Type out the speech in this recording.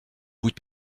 bout